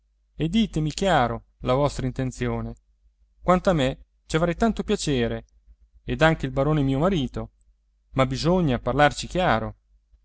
e ditemi chiaro la vostra intenzione quanto a me ci avrei tanto piacere ed anche il barone mio marito ma bisogna parlarci chiaro